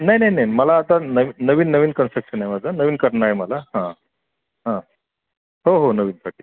नाही नाही नाही मला आता नवी नवीन नवीन कन्स्ट्रक्शन आहे माझं नवीन करणं आहे मला हं हं हो हो नवीनसाठी